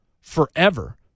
forever